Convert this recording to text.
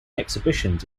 exhibitions